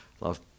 love